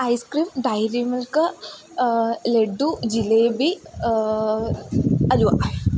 ice cream dairy milk laddu jalebi halwa